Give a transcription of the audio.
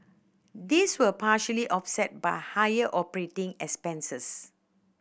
these were partially offset by higher operating expenses